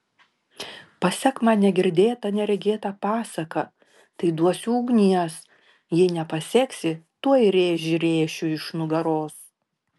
pasek man negirdėtą neregėtą pasaką tai duosiu ugnies jei nepaseksi tuoj rėžį rėšiu iš nugaros